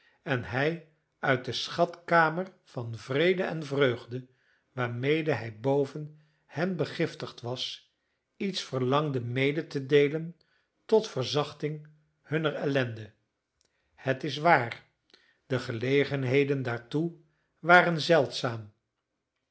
en hij uit de schatkamer van vrede en vreugde waarmede hij boven hen begiftigd was iets verlangde mede te deelen tot verzachting hunner ellende het is waar de gelegenheden daartoe waren zeldzaam